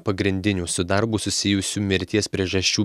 pagrindinių su darbu susijusių mirties priežasčių